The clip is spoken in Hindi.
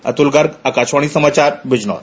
अतुल गर्ग आकाशवाणी समाचार बिजनौर